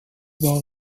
war